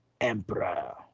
emperor